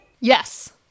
Yes